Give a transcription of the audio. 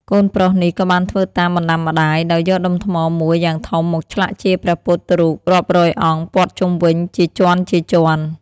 កូនប្រុសនេះក៏បានធ្វើតាមបណ្ដាំម្ដាយ ដោយយកដុំថ្មមួយយ៉ាងធំមកឆ្លាក់ជាព្រះពុទ្ធរូបរាប់រយអង្គព័ទ្ធជុំវិញជាជាន់ៗ។